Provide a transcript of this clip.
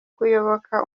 kuyoboka